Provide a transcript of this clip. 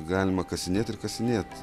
galima kasinėt ir kasinėt